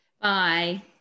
Bye